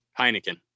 heineken